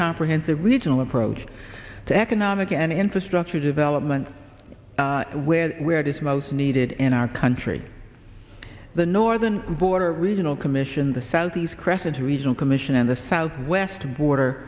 comprehensive regional approach to economic and infrastructure development where where it is most needed in our country the northern border regional commission the southeast crescent regional commission and the southwest border